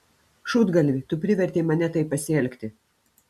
šūdgalvi tu privertei mane taip pasielgti